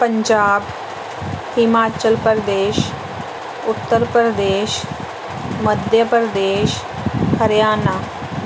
Punjab Himachal Pradesh Uttar Pradesh Madhya Pradesh Haryana